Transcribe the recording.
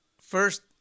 first